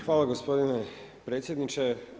Hvala gospodine predsjedniče.